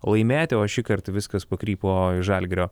laimėti o šįkart viskas pakrypo į žalgirio